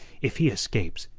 if he escapes,